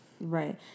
Right